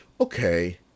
Okay